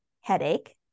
headache